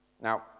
Now